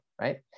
Right